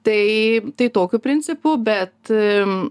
tai tai tokiu principu bet